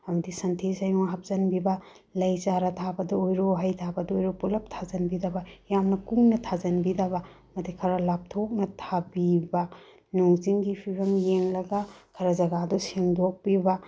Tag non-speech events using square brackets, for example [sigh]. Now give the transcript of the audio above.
ꯑꯃꯗꯤ ꯁꯟꯊꯤ ꯁꯩꯌꯨꯡ ꯍꯥꯞꯆꯤꯟꯕꯤꯕ ꯂꯩ ꯆꯥꯔꯥ ꯊꯥꯕꯗ ꯑꯣꯏꯔꯣ ꯍꯩ ꯊꯥꯕꯗ ꯑꯣꯏꯔꯣ ꯄꯨꯂꯞ ꯊꯥꯖꯤꯟꯕꯤꯗꯕ ꯌꯥꯝꯅ ꯀꯨꯡꯅ ꯊꯥꯖꯤꯟꯕꯤꯗꯕ [unintelligible] ꯈꯔ ꯂꯥꯞꯊꯣꯛꯅ ꯊꯥꯕꯤꯕ ꯅꯣꯡ ꯏꯁꯤꯡꯒꯤ ꯐꯤꯕꯝ ꯌꯦꯡꯂꯒ ꯈꯔ ꯖꯥꯒꯗꯨ ꯁꯦꯡꯗꯣꯛꯄꯤꯕ